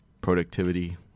productivity